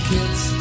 Kids